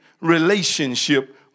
relationship